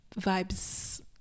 vibes